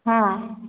ହଁ